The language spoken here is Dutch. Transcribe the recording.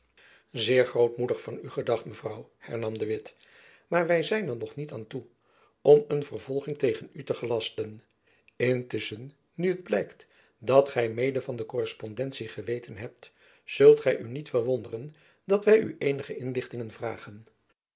zeer grootmoedig van u gedacht mevrouw hernam de witt maar wy zijn er nog niet aan toe om een vervolging tegen u te gelasten intusschen nu het blijkt dat gy mede van de korrespondentie geweten hebt zult gy u niet verwonderen dat wy u eenige inlichtingen vragen